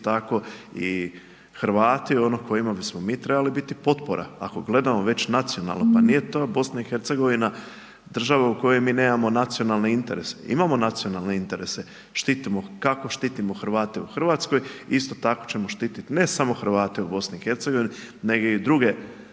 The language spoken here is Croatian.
i Hrvati kojima bismo mi trebali biti potpora, ako gledamo već nacionalno, pa nije ta BiH država u kojoj mi nemamo nacionalne interese, imamo nacionalne interese, štitimo, kako štitimo Hrvate u RH, isto tako ćemo štitit ne samo Hrvate u BiH, nego i druge